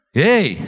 hey